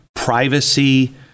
privacy